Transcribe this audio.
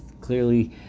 clearly